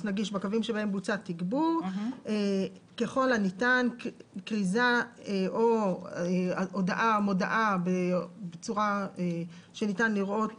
נגיש בקווים שבהם בוצע תגבור ככל הניתן כריזה או הודעה בצורה שניתן לראות